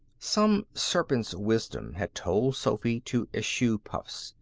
some serpent's wisdom had told sophy to eschew puffs.